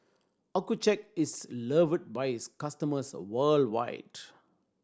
Accucheck is loved by its customers worldwide